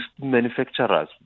manufacturers